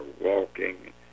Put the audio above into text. walking